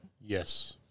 Yes